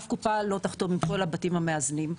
אף קופה לא תחתום עם על הבתים המאזנים.